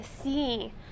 see